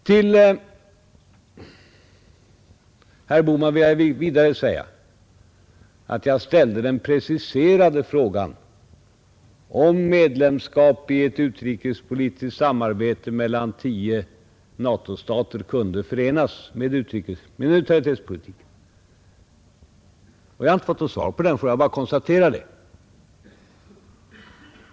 Till herr Bohman vill jag vidare säga att jag ställde den preciserade frågan, om medlemskap i ett utrikespolitiskt samarbete mellan tio NATO-stater kunde förenas med neutralitetspolitiken. Jag har inte fått något svar på den frågan. Jag bara konstaterar det.